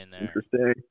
Interesting